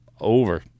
over